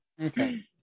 Okay